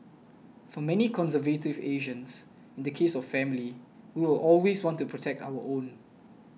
for many conservative Asians in the case of family we will always want to protect our own